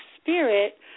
Spirit